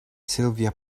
sylvia